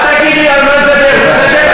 אל תגיד לי על מה לדבר, בסדר?